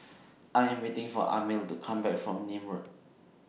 I Am waiting For Amil to Come Back from Nim Road